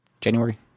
january